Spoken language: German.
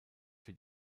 für